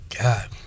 God